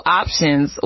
options